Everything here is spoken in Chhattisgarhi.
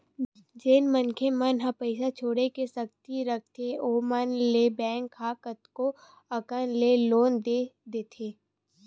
जेन मनखे मन ह पइसा छुटे के सक्ति रखथे ओमन ल बेंक ह कतको अकन ले लोन दे देथे